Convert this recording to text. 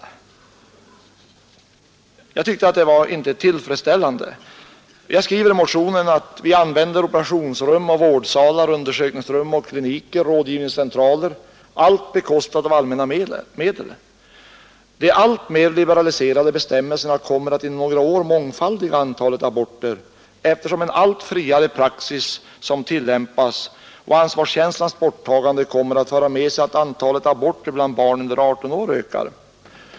Jag tyckte att det inte var tillfredsställande. Jag skriver i motionen: ”Vi använder operationsrum och vårdsalar, undersökningsrum och kliniker, rådgivningscentraler — allt bekostat av allmänna medel. De alltmer liberaliserade bestämmelserna kommer att inom några år mångfaldiga antalet aborter, eftersom den allt friare praxis som tillämpas och ansvarskänslans borttagande kommer att föra med sig att antalet aborter bland barn under 18 år ökar.